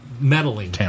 meddling